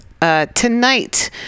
Tonight